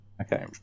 Okay